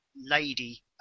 lady